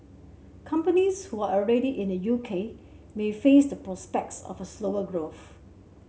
companies who are already in the U K may face the prospects of a slower growth